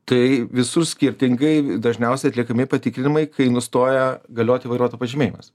tai visur skirtingai dažniausiai atliekami patikrinimai kai nustoja galioti vairuotojo pažymėjimas